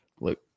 Look